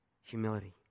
Humility